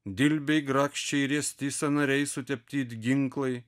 dilbiai grakščiai riesti sąnariai sutepti it ginklai